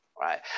right